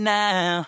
now